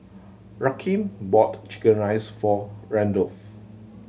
Rakeem bought chicken rice for Randolf